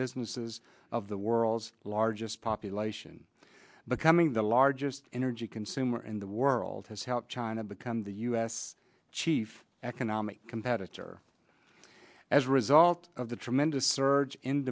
businesses of the world's largest population becoming the largest energy consumer in the world has helped china become the u s chief economic competitor as a result of the tremendous surge in